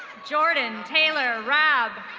jordan taylor rab.